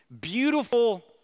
beautiful